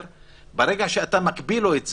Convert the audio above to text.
ברגע שאתה מקפיא לו את זה,